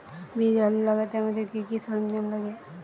বীজ আলু লাগাতে আমাদের কি কি সরঞ্জাম লাগে?